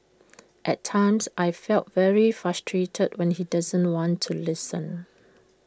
at times I feel very frustrated when he doesn't want to listen